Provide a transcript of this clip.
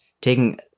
taking